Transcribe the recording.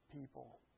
people